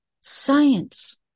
science